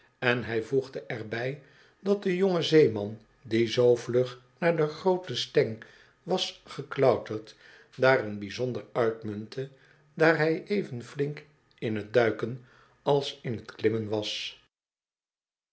en hij voegde er bij dat de jonge zeeman die zoo vlug naar do groote steng was geklauterd daarin bijzonder uitmuntte daar hij even flink in het duiken als in het klimmen was